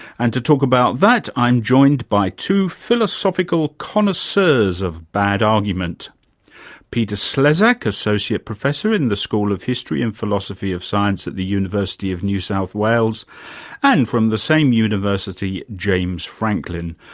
and to talk about that i'm joined by two philosophical connoisseurs of bad argument peter slezak associate professor in the school of history and philosophy of science at the university of new south wales and, from the same university james franklin,